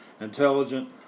intelligent